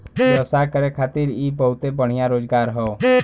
व्यवसाय करे खातिर इ बहुते बढ़िया रोजगार हौ